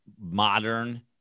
modern